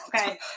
okay